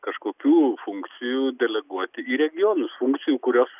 kažkokių funkcijų deleguoti į regionus funkcijų kurios